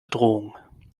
drohung